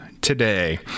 today